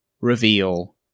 reveal